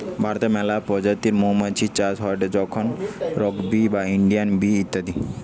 ভারতে মেলা প্রজাতির মৌমাছি চাষ হয়টে যেমন রক বি, ইন্ডিয়ান বি ইত্যাদি